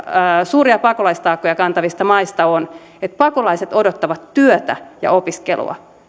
suuria pakolaistaakkoja kantavista maista on että pakolaiset odottavat työtä ja opiskelua